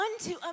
unto